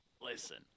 listen